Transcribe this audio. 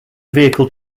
vehicle